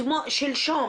שלשום,